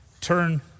turn